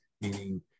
meaning